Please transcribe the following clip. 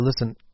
listen